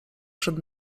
przed